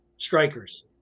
strikers